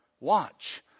Watch